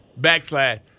backslash